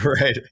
Right